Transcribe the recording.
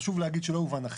חשוב להגיד שלא יובן אחרת.